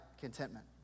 contentment